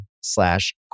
slash